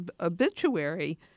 obituary